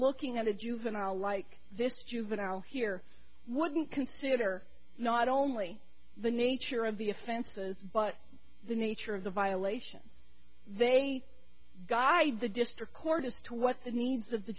looking at a juvenile like this juvenile here wouldn't consider not only the nature of the offenses but the nature of the violations they guy the district court as to what the needs of the